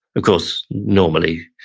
of course, normally,